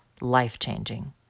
life-changing